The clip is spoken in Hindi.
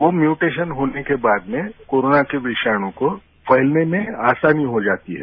वो म्यूटेशन बाद में कोरोना के विषाणु को फैलने में आसानी हो जाती है